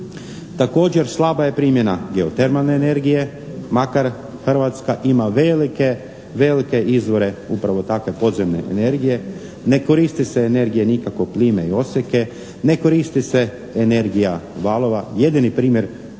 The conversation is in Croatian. Također slaba je primjena geotermalne energije, makar Hrvatska ima velike, velike izvore upravo takve podzemne energije, ne koriste se nikako energije plime i oseke, ne koristi se energija valova, jedini primjer